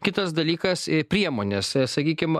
kitas dalykas priemonės sakykim